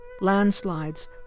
landslides